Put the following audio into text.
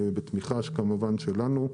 בתמיכה כמובן שלנו,